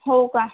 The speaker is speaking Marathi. हो का